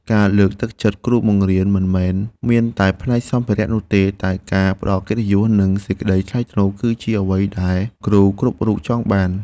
ការលើកទឹកចិត្តគ្រូបង្រៀនមិនមែនមានតែផ្នែកសម្ភារៈនោះទេតែការផ្តល់កិត្តិយសនិងសេចក្តីថ្លៃថ្នូរគឺជាអ្វីដែលគ្រូគ្រប់រូបចង់បាន។